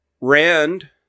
Rand